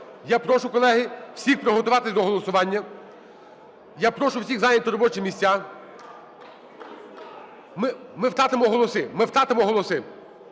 Я прошу, колеги, всіх приготуватись до голосування. Я прошу всіх зайняти робочі місця. Ми втратимо голоси,